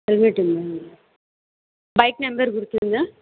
helmet ఉందా అండి bike number గుర్తుందా